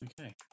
Okay